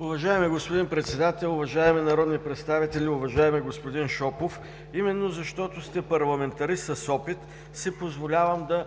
Уважаеми господин Председател, уважаеми народни представители! Уважаеми господин Шопов, именно защото сте парламентарист с опит си позволявам да